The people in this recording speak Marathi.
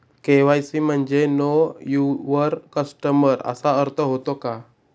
के.वाय.सी म्हणजे नो यूवर कस्टमर असा अर्थ होतो का?